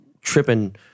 tripping